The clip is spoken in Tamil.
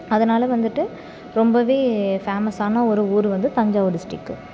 அதனால் வந்துட்டு ரொம்பவே ஃபேமஸான ஒரு ஊர் வந்து தஞ்சாவூர் டிஸ்டிக்கு